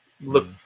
look